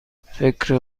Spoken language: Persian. فکر